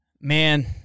Man